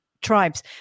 tribes